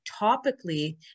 topically